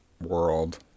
world